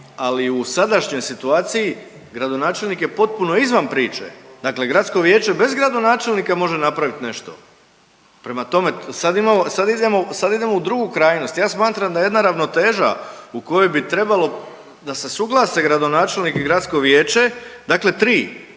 ali u sadašnjoj situaciji gradonačelnik je potpuno izvan priče. Dakle, gradsko vijeće bez gradonačelnika može napraviti nešto. Prema tome, sad imamo, sad idemo, sad idemo u drugu krajnost. Ja smatram da jedna ravnoteža u kojoj bi trebalo da se suglase gradonačelnik i gradsko vijeće, dakle 3